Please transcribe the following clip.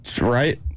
Right